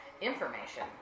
information